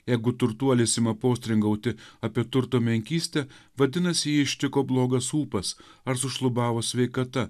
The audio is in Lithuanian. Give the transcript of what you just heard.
jeigu turtuolis ima postringauti apie turto menkystę vadinasi jį ištiko blogas ūpas ar sušlubavo sveikata